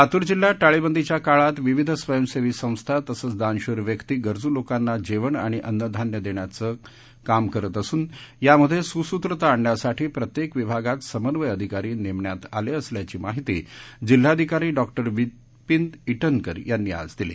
लातूर जिल्ह्यात टाळध्वीच्या काळात विविध स्वयंसहीीसंस्था तसच दानशूर व्यक्ती गरजू लोकांना जध्वि आणि अन्न धान्य दष्ट्राचं वाटप करीत असून सुसूत्रता आणण्यासाठी प्रत्यक्तिविभागात समन्वय अधिकारी नस्पियात आलखिसल्याची माहीती जिल्हाधिकारी डॉ विपीन त्रिनकर यांनी आज दिली